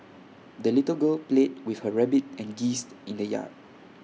the little girl played with her rabbit and geese in the yard